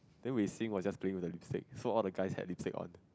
then we sing was just doing the lipstick so all the guys had lipstick on